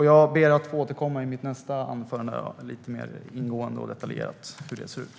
Jag ber att i mitt nästa anförande få återkomma lite mer ingående och detaljerat om hur den ser ut.